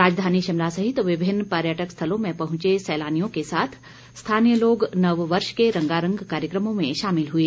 राजधानी शिमला सहित विभिन्न पर्यटक स्थलों में पहुंचे सैलानियों के साथ स्थानीय लोग नव वर्ष के रंगारंग कार्यक्रमों में शामिल हुए